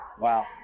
Wow